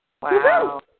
Wow